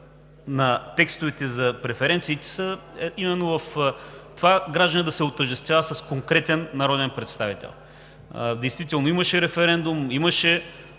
на текстовете за преференциите е в това гражданинът да се отъждествява с конкретен народен представител. Действително имаше референдум, имаше